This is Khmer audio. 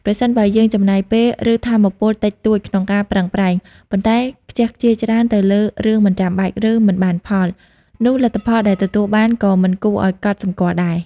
ប្រសិនបើយើងចំណាយពេល ឬថាមពលតិចតួចក្នុងការប្រឹងប្រែង ប៉ុន្តែខ្ជះខ្ជាយច្រើនទៅលើរឿងមិនចាំបាច់ ឬមិនបានផល នោះលទ្ធផលដែលទទួលបានក៏មិនគួរឱ្យកត់សម្គាល់ដែរ។